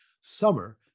summer